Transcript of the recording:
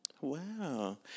Wow